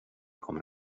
kommer